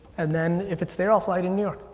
and then if it's there, i'll fly to new york.